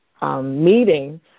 Meeting